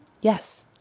Yes